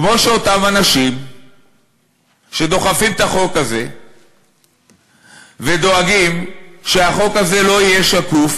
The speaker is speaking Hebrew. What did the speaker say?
כמו שאותם אנשים שדוחפים את החוק הזה ודואגים שהחוק הזה לא יהיה שקוף,